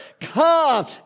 come